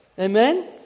Amen